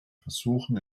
versuchen